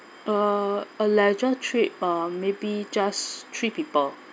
uh a leisure trip uh maybe just three people